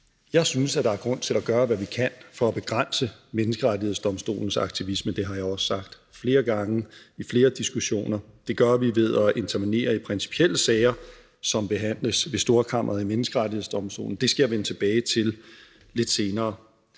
Jeg synes, at der er grund til at gøre, hvad vi kan, for at begrænse Menneskerettighedsdomstolens aktivisme – det har jeg også sagt flere gange ved flere diskussioner. Det gør vi ved at intervenere i principielle sager, som behandles i Storkammeret ved Menneskerettighedsdomstolen; det skal jeg vende tilbage til lidt senere.